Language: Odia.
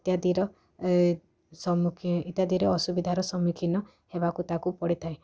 ଇତ୍ୟାଦିର ଏ ସମ୍ମୁଖୀ ଇତ୍ୟାଦିର ଅସୁବିଧାର ସମ୍ମୁଖୀନ ହେବାକୁ ତାକୁ ପଡ଼ିଥାଏ